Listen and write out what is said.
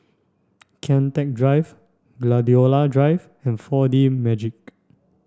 Kian Teck Drive Gladiola Drive and four D Magix